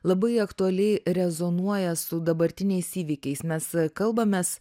labai aktualiai rezonuoja su dabartiniais įvykiais mes kalbamės